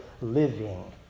living